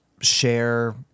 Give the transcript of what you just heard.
share